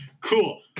cool